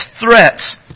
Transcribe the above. threats